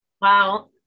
Wow